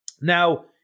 Now